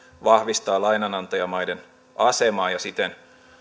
vahvistaa lainanantajamaiden asemaa ja siten